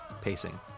pacing